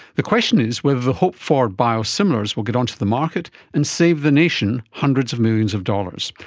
the question is whether the hoped-for biosimilars will get onto the market and save the nation hundreds of millions of dollars.